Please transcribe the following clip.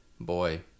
boy